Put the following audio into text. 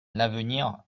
l’avenir